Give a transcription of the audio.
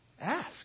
ask